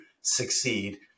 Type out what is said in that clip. succeed